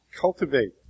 Cultivate